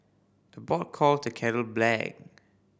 the pot calls the kettle black